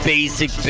Basic